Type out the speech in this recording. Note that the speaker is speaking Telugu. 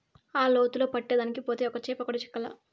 ఆ లోతులో పట్టేదానికి పోతే ఒక్క చేప కూడా చిక్కలా